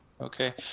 Okay